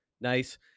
Nice